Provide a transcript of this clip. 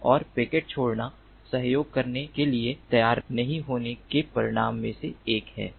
और पैकेट छोड़ना सहयोग करने के लिए तैयार नहीं होने के परिणामों में से एक है